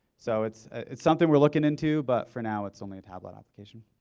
so it's it's something we're looking into but for now it's only a tablet application.